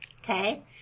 okay